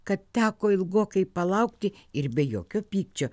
kad teko ilgokai palaukti ir be jokio pykčio